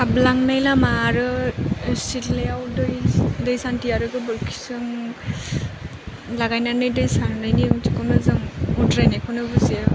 हाबलांनाय लामा आरो सिदलायाव दै दैसान्थि आरो गोबोरखिजों लागायनानै दै सारनानि ओंथिखौनो जों उद्रायनायखौनो बुजियो